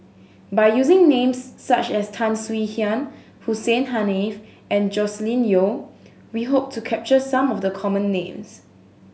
by using names such as Tan Swie Hian Hussein Haniff and Joscelin Yeo we hope to capture some of the common names